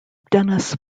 dennis